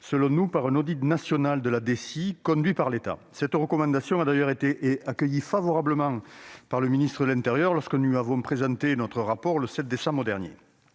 selon nous, complété par un audit national de la DECI conduit par l'État. Cette recommandation a d'ailleurs été accueillie favorablement par le ministre de l'intérieur lorsque nous lui avons présenté notre rapport le 7 décembre dernier.